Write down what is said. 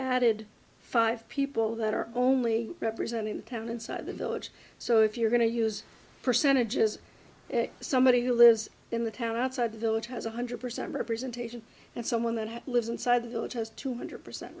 added five people that are only representing the town inside the village so if you're going to use percentages somebody who lives in the town outside the village has one hundred percent representation and someone that lives inside that has two hundred percent